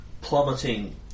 plummeting